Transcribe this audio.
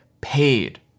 paid